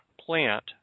plant